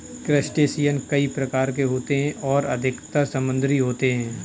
crustacean कई प्रकार के होते हैं और अधिकतर समुद्री होते हैं